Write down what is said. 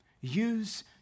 Use